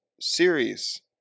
Series